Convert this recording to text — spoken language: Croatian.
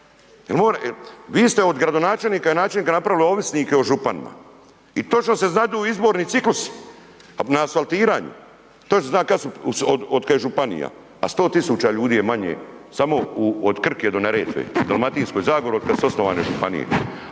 Vi ste od gradonačelnika i načelnik napravili ovisnike o županima. I točno se znadu izborni ciklusi na asfaltiranju, to se zna od kad je županija, a 100.000 ljudi je manje samo od Krke do Neretve u Dalmatinskoj zagori od kad su osnovane županije,